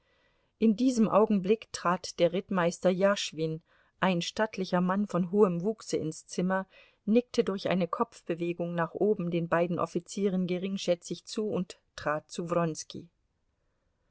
in diesem augenblick trat der rittmeister jaschwin ein stattlicher mann von hohem wuchse ins zimmer nickte durch eine kopfbewegung nach oben den beiden offizieren geringschätzig zu und trat zu